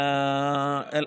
אין